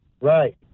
Right